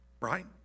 right